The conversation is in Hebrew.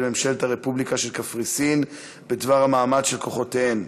ממשלת הרפובליקה היוונית בדבר המעמד של כוחותיהן,